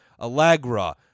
Allegra